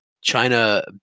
China